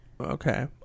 Okay